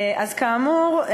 כאמור,